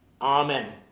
Amen